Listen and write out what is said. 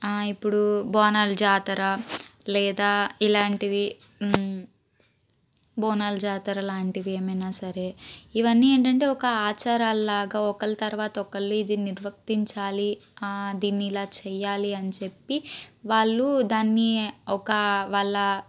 ఇప్పుడు బోనాలు జాతర లేదా ఇలాంటివి బోనాలు జాతర లాంటివి ఏమైనా సరే ఇవన్నీ ఏంటంటే ఒక ఆచారాలు లాగా ఒకరి తర్వాత ఒకరు దీన్ని గుర్తించాలి దీన్ని ఇలా చేయాలి అని చెప్పి వాళ్ళు దాన్ని ఒక వాళ్ళ